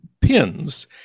pins